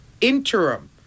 interim